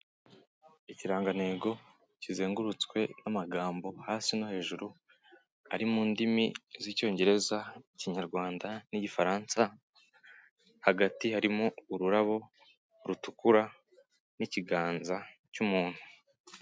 Ikirangantego kizengurutswe n'amagambo hasi no hejuru, ari mu ndimi z'icyongereza, ikinyarwanda n'igifaransa, hagati harimo ururabo rutukura, n'ikiganza cy'umuntu.